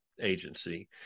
agency